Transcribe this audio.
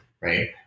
right